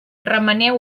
remeneu